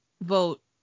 vote